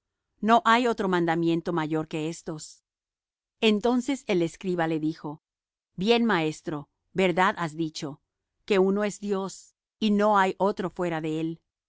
no hay otro mandamiento mayor que éstos entonces el escriba le dijo bien maestro verdad has dicho que uno es dios y no hay otro fuera de él